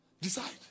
Decide